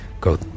go